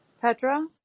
Petra